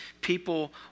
people